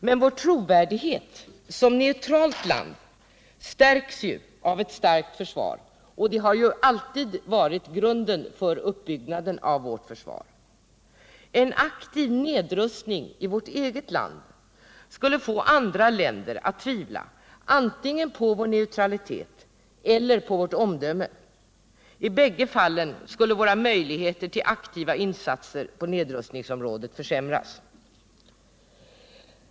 Men Sveriges trovärdighet som neutralt land stärks ju av ett starkt försvar, och detta har ju alltid varit grunden för uppbyggnaden av vårt försvar. En aktiv nedrustning i vårt eget land skulle få andra länder att tvivla antingen på vår neutralitet eller på vårt omdöme. I bägge fallen skulle våra möjligheter till aktiva insatser på nedrustningsområdet försämras.